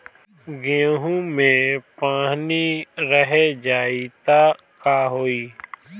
गेंहू मे पानी रह जाई त का होई?